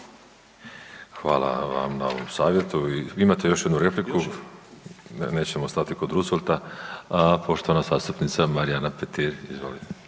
Hvala vam na ovom savjetu. Imate još jednu repliku, nećemo stati kod Roosevelta, poštovana zastupnica Marijana Petir. Izvolite.